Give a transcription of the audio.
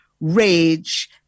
rage